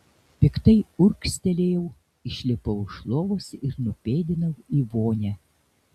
piktai urgztelėjau išlipau iš lovos ir nupėdinau į vonią